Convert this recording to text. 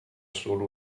solo